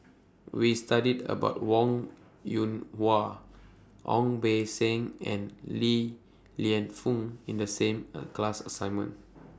We studied about Wong Yoon Wah Ong Beng Seng and Li Lienfung in The same class assignment